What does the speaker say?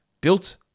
built